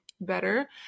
better